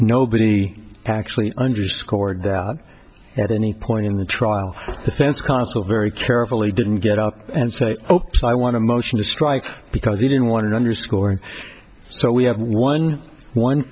nobody actually underscored out at any point in the trial the fence counsel very carefully didn't get up and say oh i want to motion to strike because he didn't want to underscore and so we have one one